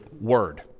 word